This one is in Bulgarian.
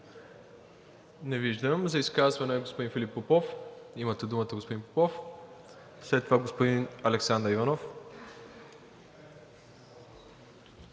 Не виждам. За изказване – господин Филип Попов. Имате думата, господин Попов, а след това е господин Александър Иванов.